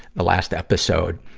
the last episode.